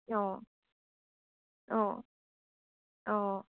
অঁ অঁ অঁ